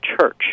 church